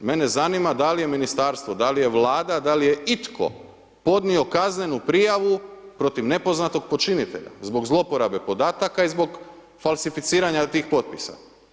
Mene zanima da li je ministarstvo, da li je Vlada, da li je itko podnio kaznenu prijavu protiv nepoznatog počinitelja, zbog zlouporabe podataka i zbog falsificiranja tih potpisa.